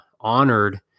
honored